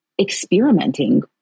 experimenting